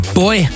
boy